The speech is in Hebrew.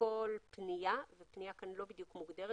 בכל פנייה - ופנייה כאן לא בדיוק מוגדרת,